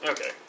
Okay